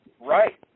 Right